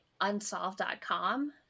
unsolved.com